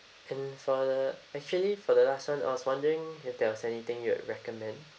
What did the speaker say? and for the actually for the last [one] I was wondering if there was anything you'd recommend